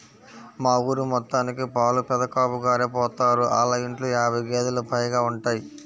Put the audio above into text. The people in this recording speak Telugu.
మా ఊరి మొత్తానికి పాలు పెదకాపుగారే పోత్తారు, ఆళ్ళ ఇంట్లో యాబై గేదేలు పైగా ఉంటయ్